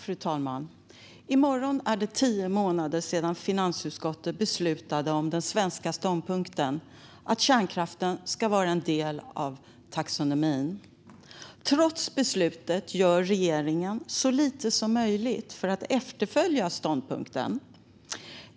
Fru talman! I morgon är det tio månader sedan som det fattades beslut om finansutskottets förslag om den svenska ståndpunkten, att kärnkraften ska vara en del av taxonomin. Trots beslutet gör regeringen så lite som möjligt för att efterfölja ståndpunkten.